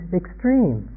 extreme